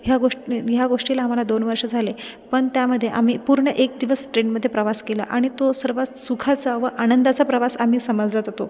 ह्या गोष्टी ह्या गोष्टीला आम्हाला दोन वर्ष झाले पण त्यामध्ये आम्ही पूर्ण एक दिवस ट्रेनमध्ये प्रवास केला आणि तो सर्वात सुखाचा व आनंदाचा प्रवास आम्ही समजला जातो